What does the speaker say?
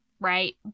Right